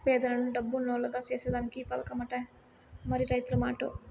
పేదలను డబ్బునోల్లుగ సేసేదానికే ఈ పదకమట, మరి రైతుల మాటో